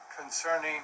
concerning